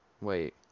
Wait